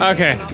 Okay